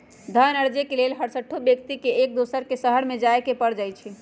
धन अरजे के लेल हरसठ्हो व्यक्ति के एक दोसर के शहरमें जाय के पर जाइ छइ